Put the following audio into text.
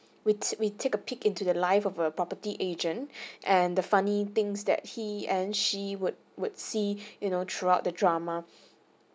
which we take a peek into the life of a property agent and the funny things that he and she would would see you know throughout the drama